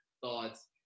thoughts